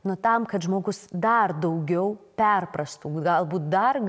nu tam kad žmogus dar daugiau perprastų galbūt dar